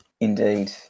Indeed